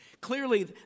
Clearly